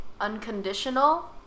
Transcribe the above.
unconditional